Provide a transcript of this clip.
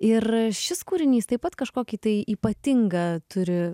ir šis kūrinys taip pat kažkokį tai ypatingą turi